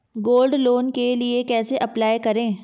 Gold loan के लिए कैसे अप्लाई करें?